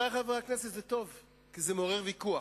חברי חברי הכנסת, זה טוב, כי זה מעורר ויכוח,